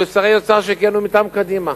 אלה שרי אוצר שכיהנו מטעם קדימה.